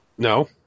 No